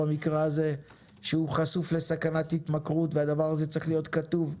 במקרה הזה שהוא חשוף לסכנת התמכרות והדבר הזה צריך להיות כתוב.